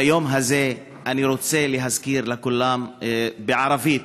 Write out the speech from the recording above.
ביום הזה אני רוצה להזכיר לכולם בערבית: